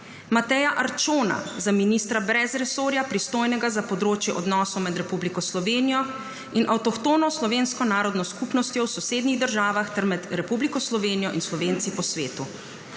Mateja Arčona za ministra brez resorja, pristojnega za področje odnosov med Republiko Slovenijo in avtohtono slovensko narodno skupnostjo v sosednjih državah ter med Republiko Slovenijo in Slovenci po svetu,